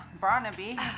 Barnaby